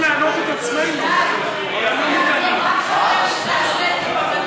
אתה מענה, השר אקוניס, נא לאפשר לשר לדבר.